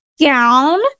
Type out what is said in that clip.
gown